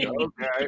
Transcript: okay